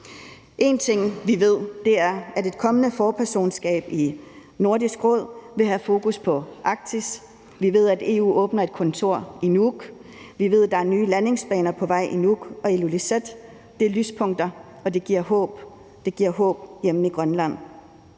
En ting, vi ved, er, at et kommende forpersonskab i Nordisk Råd vil have fokus på Arktis, vi ved, at EU åbner et kontor i Nuuk, og vi ved, at der er nye landingsbaner på vej i Nuuk og Ilulissat. Det er lyspunkter, og det giver håb hjemme i Grønland.